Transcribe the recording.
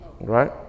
right